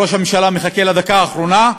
ראש הממשלה מחכה לדקה האחרונה,